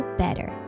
better